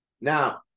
now